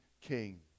King